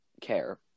care